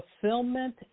fulfillment